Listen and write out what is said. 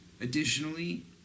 Additionally